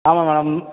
ஆமாம் மேடம்